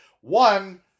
One